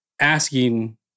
asking